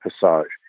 Passage